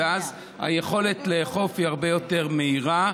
ואז היכולת לאכוף היא הרבה יותר מהירה.